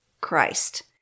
Christ